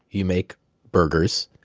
you make burgers.